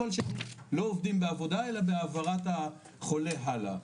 אבל לא עובדים בעבודה אלא בהעברת החולה הלאה.